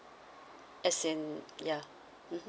as in ya mmhmm